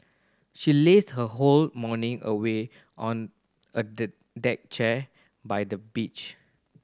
she lazed her whole morning away on a the deck chair by the beach